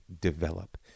develop